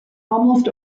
almost